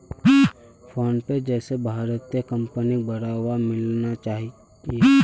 PhonePe जैसे भारतीय कंपनिक बढ़ावा मिलना चाहिए